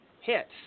hits